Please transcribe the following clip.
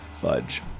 Fudge